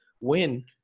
win